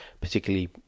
particularly